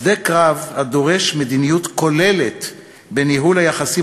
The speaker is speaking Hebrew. שדה קרב הדורש מדיניות כוללת בניהול היחסים